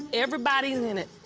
everybody is in it.